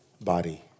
body